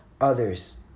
others